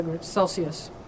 Celsius